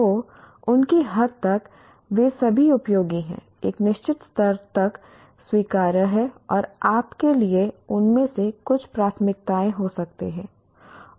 तो उनकी हद तक वे सभी उपयोगी हैं एक निश्चित स्तर तक स्वीकार्य हैं और आप के लिए उनमें से कुछ प्राथमिकताएं हो सकते हैं